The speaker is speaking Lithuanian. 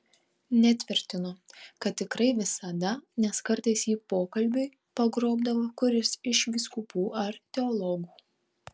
netvirtinu kad tikrai visada nes kartais jį pokalbiui pagrobdavo kuris iš vyskupų ar teologų